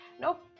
Nope